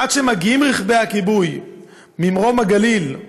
עד שמגיעים רכבי הכיבוי ממרום הגליל,